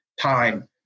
time